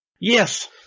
Yes